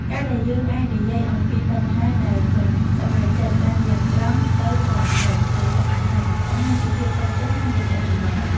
ការដែលយើងអាចនិយាយអំពីបញ្ហាដែលមិនសប្បាយចិត្តបានយ៉ាងត្រង់ទៅត្រង់មកលើតុអាហារ បង្ហាញពីភាពចាស់ទុំក្នុងទំនាក់ទំនង។